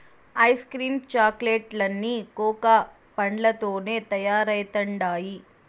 ice cream chocolate లన్నీ cocoa పండ్లతోనే తయారైతండాయి